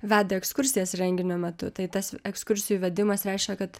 veda ekskursijas renginio metu tai tas ekskursijų įvedimas reiškia kad